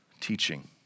teaching